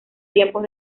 tiempos